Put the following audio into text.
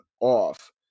off